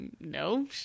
No